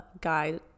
guide